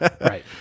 Right